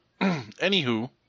anywho